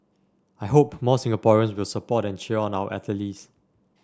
I hope more Singaporeans will support and cheer on our athletes